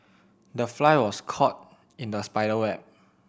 the fly was caught in the spider web